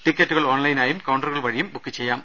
ടിക്കറ്റുകൾ ഓൺലൈനായും കൌണ്ടറുകൾ വഴിയും ബുക്ക് ചെയ്യാം